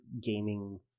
gaming